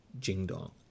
Jingdong